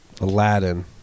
Aladdin